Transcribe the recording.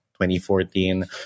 2014